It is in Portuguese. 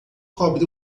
cobre